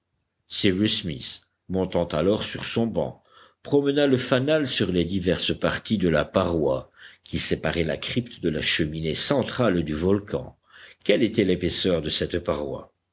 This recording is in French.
smith montant alors sur son banc promena le fanal sur les diverses parties de la paroi qui séparait la crypte de la cheminée centrale du volcan quelle était l'épaisseur de cette paroi